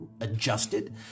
adjusted